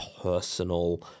personal